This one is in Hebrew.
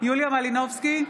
יוליה מלינובסקי,